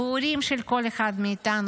בהורים של כל אחד מאיתנו,